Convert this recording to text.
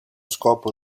scopo